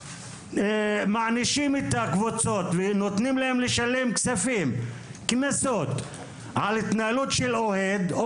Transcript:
מענישים את הקבוצות ונותנים להם לשלם קנסות על התנהגות של אוהדים.